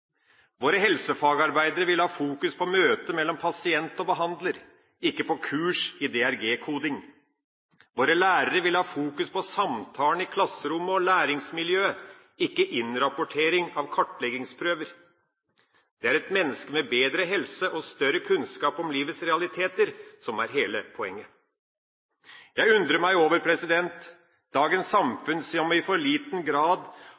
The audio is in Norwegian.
Våre helsefagarbeidere vil ha fokus på møtet mellom pasient og behandler, ikke på kurs i DRG-koding. Våre lærere vil ha fokus på samtalen i klasserommet og læringsmiljøet, ikke på innrapportering av kartleggingsprøver. Det er et menneske med bedre helse og større kunnskap om livets realiteter som er hele poenget. Jeg undrer meg over dagens samfunn, som i for liten grad